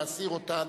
להסיר אותן.